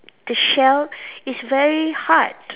the shell is very hard